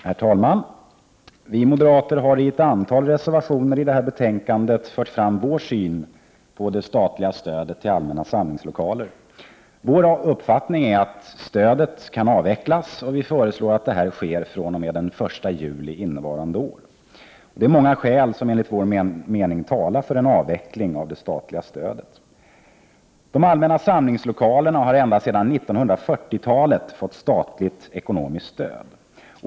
Herr talman! Vi moderater har i ett antal reservationer i detta betänkande fört fram vår syn på det statliga stödet till allmänna samlingslokaler. Vår uppfattning är att stödet kan avvecklas, och vi föreslår att detta sker fr.o.m. den 1 juli innevarande år. Det är många skäl som enligt vår mening talar för en avveckling av det statliga stödet. De allmänna samlingslokalerna har ända sedan 1940-talet fått statligt ekonomiskt stöd.